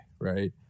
right